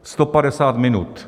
Sto padesát minut!